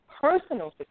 Personal